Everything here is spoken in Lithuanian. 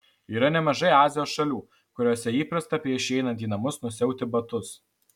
yra nemažai azijos šalių kuriose įprasta prieš įeinant į namus nusiauti batus